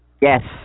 Yes